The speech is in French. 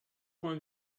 point